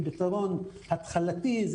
כפתרון התחלתי,